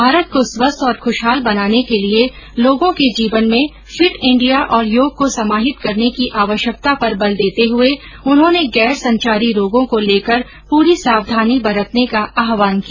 भारत को स्वस्थ और ख्रशहाल बनाने के लिए लोगों के जीवन में फिट इंडिया और योग को समाहित करने की आवश्यकता पर बल देते हुए उन्होंने गैर संचारी रोगों को लेकर पूरी सावधानी बरतने का आह्वान किया